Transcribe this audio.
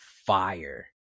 fire